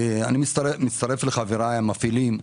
אני מצטרף לחבריי המפעילים.